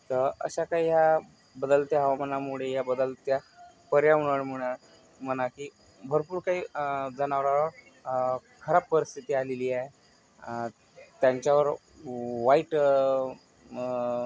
तर अशा काही ह्या बदलत्या हवामानामुळे या बदलत्या पर्यावरणामुळं म्हणा की भरपूर काही जनावरावर खराब परिस्थिती आलेली आहे त्यांच्यावर वाईट म